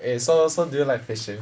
eh so so do you like fishing